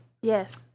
Yes